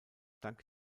dank